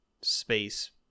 Space